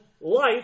life